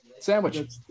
Sandwich